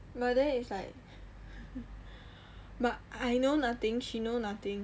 but then it's like but I know nothing she know nothing